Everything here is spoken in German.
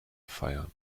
feiern